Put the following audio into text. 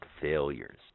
failures